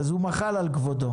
והוא מחל על כבודו.